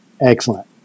excellent